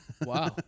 wow